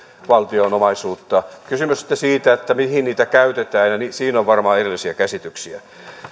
valtion omaisuutta kysymyksestä mihin niitä käytetään on varmaan erilaisia käsityksiä